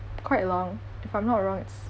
quite long if I'm not wrong it's